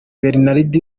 bernard